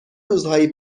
روزهایی